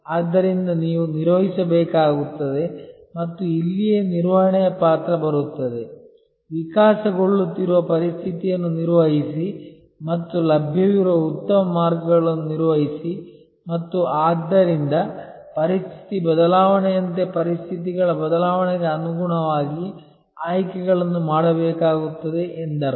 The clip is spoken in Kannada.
ಆದ್ದರಿಂದ ನೀವು ನಿರ್ವಹಿಸಬೇಕಾಗುತ್ತದೆ ಮತ್ತು ಇಲ್ಲಿಯೇ ನಿರ್ವಹಣೆಯ ಪಾತ್ರ ಬರುತ್ತದೆ ವಿಕಾಸಗೊಳ್ಳುತ್ತಿರುವ ಪರಿಸ್ಥಿತಿಯನ್ನು ನಿರ್ವಹಿಸಿ ಮತ್ತು ಲಭ್ಯವಿರುವ ಉತ್ತಮ ಮಾರ್ಗವನ್ನು ನಿರ್ವಹಿಸಿ ಮತ್ತು ಆದ್ದರಿಂದ ಪರಿಸ್ಥಿತಿ ಬದಲಾವಣೆಯಂತೆ ಪರಿಸ್ಥಿತಿಗಳ ಬದಲಾವಣೆಗೆ ಅನುಗುಣವಾಗಿ ಆಯ್ಕೆಗಳನ್ನು ಮಾಡಬೇಕಾಗುತ್ತದೆ ಎಂದರ್ಥ